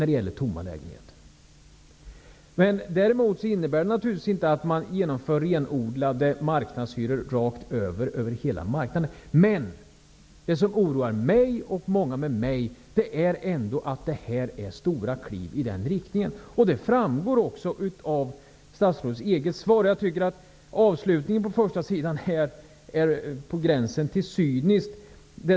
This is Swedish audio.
Däremot innebär det naturligtvis inte att man genomför renodlade marknadshyror rakt över hela marknaden. Men det som oroar mig och många med mig är att det här är stora kliv i den riktningen. Det framgår också av statsrådets eget svar. Jag tycker att avslutningen på första sidan är på gränsen till cynisk.